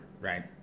right